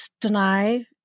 deny